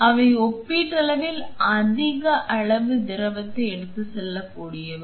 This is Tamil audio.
எனவே அவை ஒப்பீட்டளவில் அதிக அளவு திரவத்தை எடுத்துச் செல்லக்கூடியவை